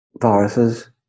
viruses